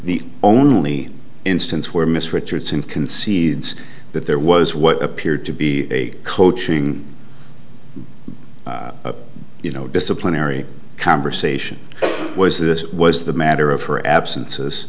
the only instance where miss richardson concedes that there was what appeared to be a coaching you know disciplinary conversation was this was the matter of her absences